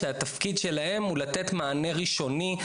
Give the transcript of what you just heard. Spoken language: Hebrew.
שהתפקיד שלהם הוא לתת מענה ראשוני,